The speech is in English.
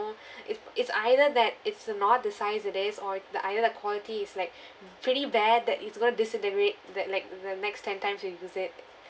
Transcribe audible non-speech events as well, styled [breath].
it it's either that it's not the size it is or the either the quality is like [breath] pretty bad that it's going that like the next ten times you use it